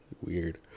Weird